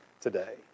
today